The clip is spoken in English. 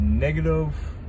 negative